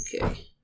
Okay